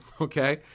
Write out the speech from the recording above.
okay